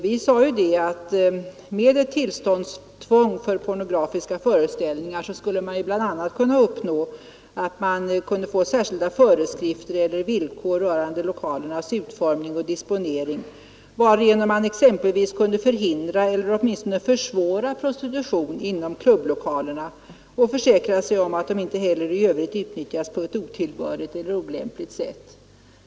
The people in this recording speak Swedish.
Vi sade att med ett tillståndstvång för pornografiska föreställningar skulle man bl.a. kunna uppnå att vi fick särskilda föreskrifter eller villkor för lokalernas utformning och disponering, varigenom man exempelvis kunde förhindra eller åtminstone försvåra prostitution inom klubblokalerna och en försäkran om att de inte heller i övrigt utnyttjades på otillbörligt eller olämpligt sätt.